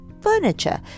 furniture